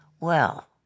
Well